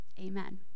Amen